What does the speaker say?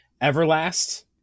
everlast